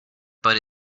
but